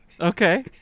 okay